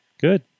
Good